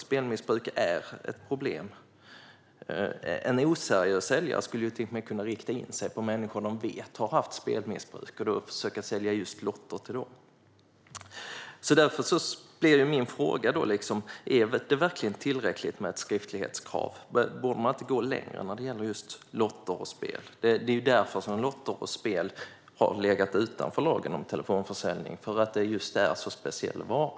Spelmissbruk är ett problem. En oseriös säljare skulle till och med kunna rikta in sig på människor som de vet har haft spelmissbruk. Därför är min fråga: Är det verkligen tillräckligt med ett skriftlighetskrav? Borde man inte gå längre när det gäller lotter och spel? Lotter och spel har legat utanför lagen om telefonförsäljning eftersom det är en så speciell vara.